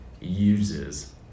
uses